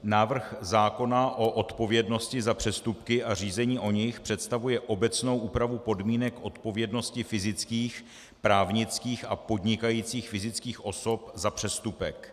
Návrh zákona o odpovědnosti za přestupky a řízení o nich představuje obecnou úpravu podmínek odpovědnosti fyzických, právnických a podnikajících fyzických osob za přestupek.